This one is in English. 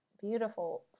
beautiful